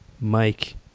Mike